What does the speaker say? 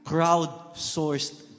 Crowd-sourced